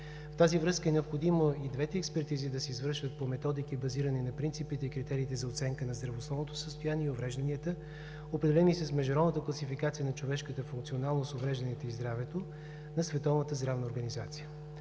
В тази връзка е необходимо и двете експертизи да се извършват по методики, базирани на принципите и критериите за оценка на здравословното състояние и уврежданията, определени с Международната класификация на човешката функционалност, уврежданията и здравето на